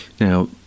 Now